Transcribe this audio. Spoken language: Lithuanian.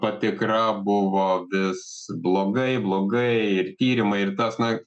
patikra buvo vis blogai blogai ir tyrimai ir tas na